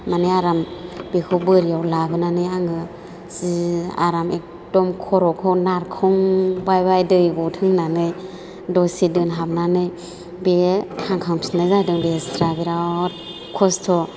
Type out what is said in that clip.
माने आराम बेखौ बोरियाव लाबोनानै आङो जि आराम एकदम खर'खौ नारखंबायबाय दै गथों होननानै दसे दोनहाबनानै बे थांखांफिननाय जादों बेस्रा बेराद खस्त'